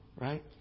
right